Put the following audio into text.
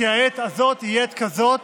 כי העת הזאת היא עת כזאת